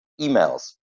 emails